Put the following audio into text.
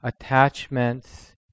attachments